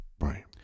right